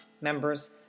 members